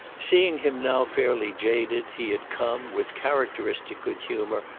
seeing him now fairly jaded he had come, with characteristic good humour,